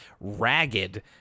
ragged